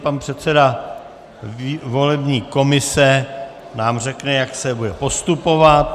Pan předseda volební komise nám řekne, jak se bude postupovat.